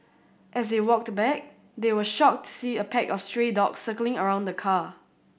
as they walked back they were shocked to see a pack of stray dogs circling around the car